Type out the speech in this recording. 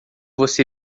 você